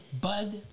Bud